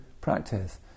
practice